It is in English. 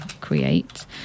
create